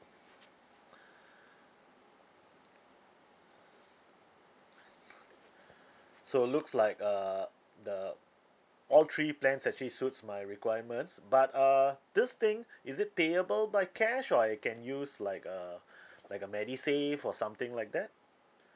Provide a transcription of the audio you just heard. so looks like uh the all three plans actually suits my requirements but err this thing is it payable by cash or I can use like a like a medisave or something like that